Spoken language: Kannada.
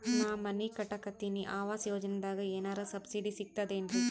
ನಾ ಮನಿ ಕಟಕತಿನಿ ಆವಾಸ್ ಯೋಜನದಾಗ ಏನರ ಸಬ್ಸಿಡಿ ಸಿಗ್ತದೇನ್ರಿ?